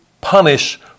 punish